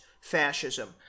fascism